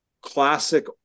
classic